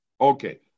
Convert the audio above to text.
Okay